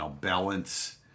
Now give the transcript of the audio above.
balance